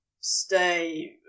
Stay